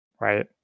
Right